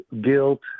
guilt